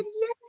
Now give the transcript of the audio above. yes